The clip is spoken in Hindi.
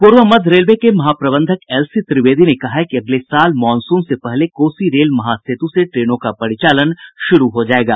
पूर्व मध्य रेलवे के महाप्रबंधक एलसी त्रिवेदी ने कहा है कि अगले साल मॉनसून से पहले कोसी रेल महासेतु से ट्रेनों का परिचालन शुरू हो जायेगा